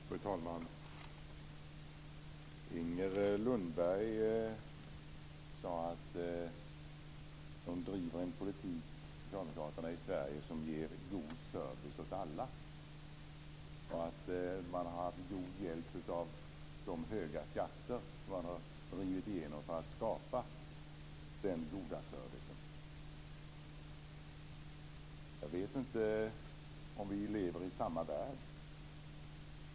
Fru talman! Inger Lundberg sade att Socialdemokraterna i Sverige driver en politik som ger god service åt alla, och att man haft god hjälp av de höga skatter man drivit igenom för att skapa denna goda service. Jag vet inte om vi lever i samma värld.